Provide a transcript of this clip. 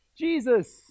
Jesus